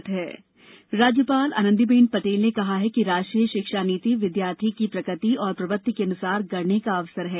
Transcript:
राज्यपाल राज्यपाल आनंदी बेन पटेल ने कहा कि राष्ट्रीय शिक्षा नीति विद्यार्थी की प्रकृति और प्रवृत्ति के अनुसार गढ़ने का अवसर है